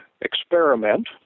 experiment